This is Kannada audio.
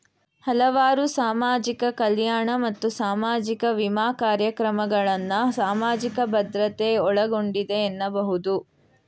ಹಲವಾರು ಸಾಮಾಜಿಕ ಕಲ್ಯಾಣ ಮತ್ತು ಸಾಮಾಜಿಕ ವಿಮಾ ಕಾರ್ಯಕ್ರಮಗಳನ್ನ ಸಾಮಾಜಿಕ ಭದ್ರತೆ ಒಳಗೊಂಡಿದೆ ಎನ್ನಬಹುದು